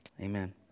amen